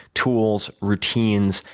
tools, routines,